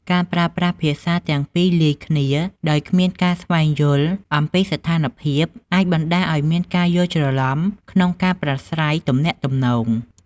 ការប្រើប្រាស់ភាសាទាំងពីរលាយគ្នាដោយគ្មានការស្វែងយល់អំពីស្ថានភាពអាចបណ្តាលឱ្យមានការយល់ច្រឡំក្នុងការប្រាស្រ័យទំនាក់ទំនង។